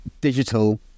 digital